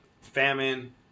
famine